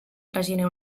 traginer